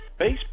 Facebook